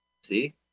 See